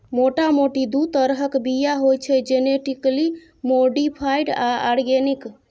मोटा मोटी दु तरहक बीया होइ छै जेनेटिकली मोडीफाइड आ आर्गेनिक